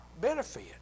benefit